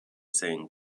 saying